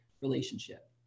relationship